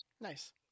Nice